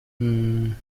ممم